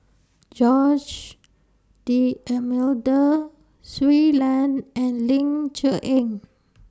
Jose D'almeida Shui Lan and Ling Cher Eng